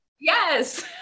Yes